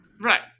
Right